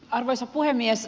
arvoisa puhemies